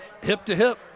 hip-to-hip